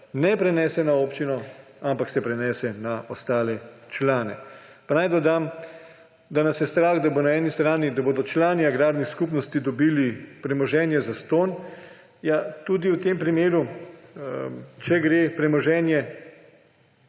ne prenese na občino, ampak se prenese na ostale člane. Pa naj dodam, da nas je strah, da bodo člani agrarnih skupnosti dobili premoženje zastonj. Ja, tudi v tem primeru, če gre premoženje